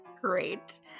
Great